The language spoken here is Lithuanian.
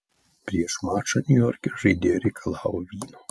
prieš mačą niujorke žaidėja reikalavo vyno